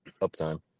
uptime